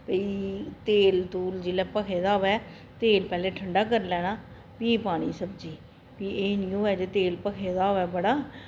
भई तेल तूल जिसलै भखे दा होऐ तेल पैह्लें ठंडा करी लैना फ्ही पानी सब्जी फ्ही एह् निं होऐ तेल भखे दा होऐ बड़ा